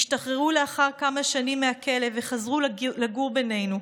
השתחררו לאחר כמה שנים מהכלא וחזרו לגור בינינו,